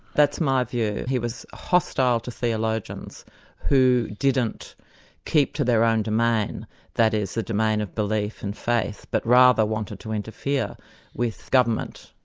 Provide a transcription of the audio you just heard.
that's my view. he was hostile to theologians who didn't keep to their own domain, that is the domain of belief and faith, but rather wanted to interfere with government,